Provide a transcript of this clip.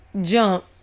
jump